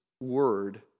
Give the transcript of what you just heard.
Word